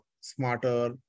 smarter